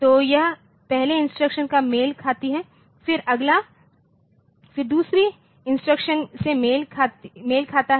तो यह पहले इंस्ट्रक्शन का मेल खाती है फिर अगला फिर दूसरे इंस्ट्रक्शन से भी मेल खाता है